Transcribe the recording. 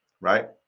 Right